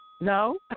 No